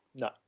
No